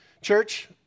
Church